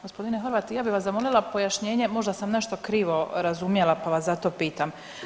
Gospodine Horvat ja bih vas zamolila pojašnjenje, možda sam nešto krivo razumjela pa vas zato pitam.